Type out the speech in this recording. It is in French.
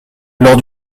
lors